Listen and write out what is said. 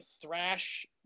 thrash